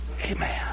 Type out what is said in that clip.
amen